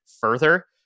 further